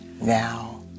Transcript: now